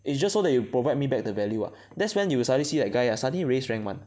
it's just so that you provide me back the value ah that's when you will suddenly see that guy ah suddenly raise rank [one]